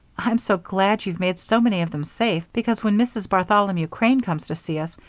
i'm so glad you've made so many of them safe, because, when mrs. bartholomew crane comes to see us,